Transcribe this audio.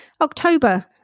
October